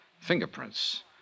fingerprints